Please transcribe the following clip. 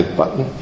button